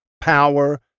power